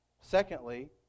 Secondly